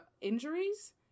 injuries